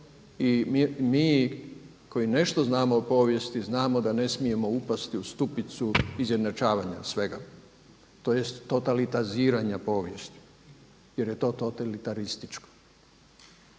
i mi koji nešto znamo o povijesti znamo da ne smijemo upasti u stupicu izjednačavanja svega, tj. totalitaziranja povijesti. Jer je to totalitarističko,